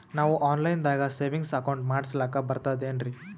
ನಾವು online ದಾಗ savings account ಮಾಡಸ್ಲಾಕ ಬರ್ತದೇನ್ರಿ?